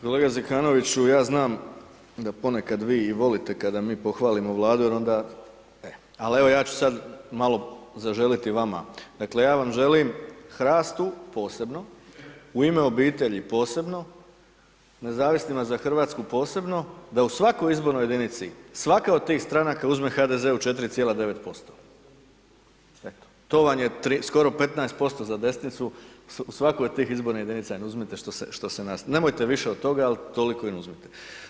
Kolega Zekanoviću ja znam da ponekad vi i volite kada mi pohvalimo Vladu jer onda, al evo ja ću sad malo zaželiti vama dakle ja vam želim HRAST-u posebno U ime obitelji posebno, Nezavisnima za Hrvatsku posebno, da u svakoj izbornoj jedinici svaka od tih stranaka uzme HDZ-u 4,9%, to vam je skoro 15% za desnicu, u svakoj od tih izbornih jedinica im uzmite što se nas, nemojte više od toga ali toliko im uzmite.